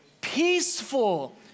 peaceful